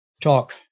talk